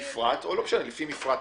מפרט אחיד,